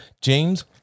James